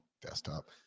Desktop